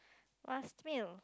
last meal